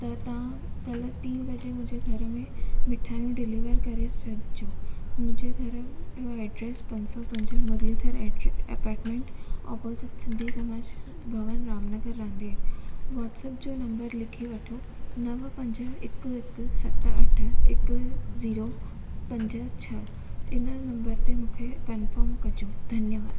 त तव्हां कल्ह टीं बजे मुंहिंजे घर में मिठाइयूं डिलेवर करे छॾिजो मुंहिंजे घर जो एड्रैस पंज सौ पंज मुरलीधर एड्र अपाटमेंट अपॉज़िट सिंधी समाज भवन रामनगर रंधेड़ वॉट्सप जो नंबर लिखी वठो नव पंज हिकु हिकु सत अठ हिकु ज़ीरो पंज छह इन नंबर ते मूंखे कन्फॉम कॼ धन्यवाद